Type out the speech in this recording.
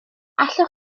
allwch